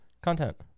Content